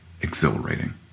exhilarating